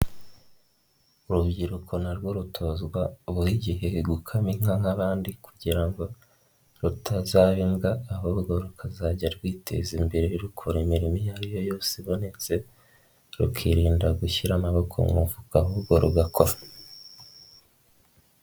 Urubyiruko na rwowo rutozwa buri gihe gukama inka nk'abandi, kugira ngo rutazaba imbwa, ahubwo rukazajya rwiteza imbere, rukora imirimo iyo ariyo yose ibonetse, rukirinda gushyira amaboko mu mufuka ahubwo rugakora.